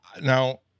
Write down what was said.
now